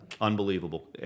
unbelievable